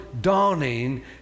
dawning